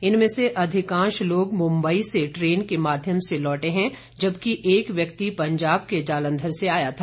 इनमें से अधिकांश लोग मुम्बई से ट्रेन के माध्यम से लौटै हैं जबकि एक व्यक्ति पंजाब के जालंधर से आया था